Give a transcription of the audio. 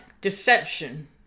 deception